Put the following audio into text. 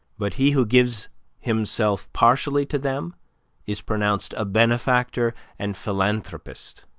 but he who gives himself partially to them is pronounced a benefactor and philanthropist.